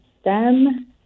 STEM